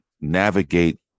navigate